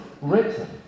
written